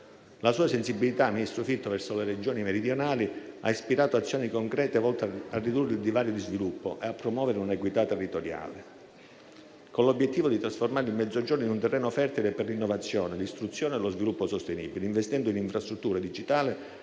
La sua sensibilità verso le Regioni meridionali, ministro Fitto, ha ispirato azioni concrete, volte a ridurre il divario di sviluppo e a promuovere un'equità territoriale, con l'obiettivo di trasformare il Mezzogiorno in un terreno fertile per l'innovazione, l'istruzione e lo sviluppo sostenibile, investendo in infrastrutture digitali